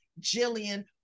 jillian